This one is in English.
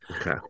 Okay